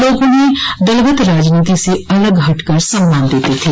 लोग उन्हें दलगत राजनीति स अलग हटकर सम्मान देते थे